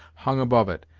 hung above it,